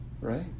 Right